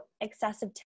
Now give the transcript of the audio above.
excessive